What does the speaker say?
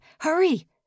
Hurry